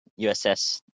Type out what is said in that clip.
USS